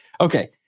okay